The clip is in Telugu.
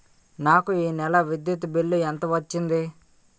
నాకు ఈ నెల విద్యుత్ బిల్లు ఎంత వచ్చింది?